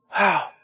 wow